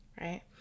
right